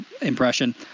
impression